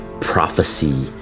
prophecy